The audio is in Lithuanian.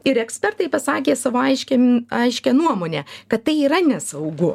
ir ekspertai pasakė savo aiškim aiškią nuomonę kad tai yra nesaugu